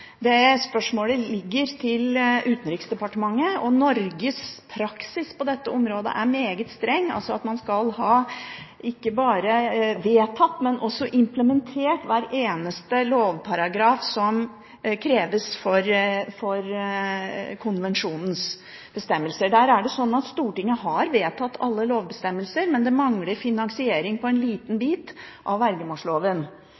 Spørsmålet ligger til Utenriksdepartementet. Norges praksis på dette området er meget streng – man skal ikke bare ha vedtatt, men også implementert hver eneste lovparagraf som kreves for konvensjonens bestemmelser. Der er det sånn at Stortinget har vedtatt alle lovbestemmelser, men det mangler finansiering på en liten